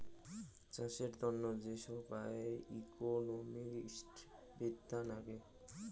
চাষের তন্ন যে সোগায় ইকোনোমিক্স বিদ্যা নাগে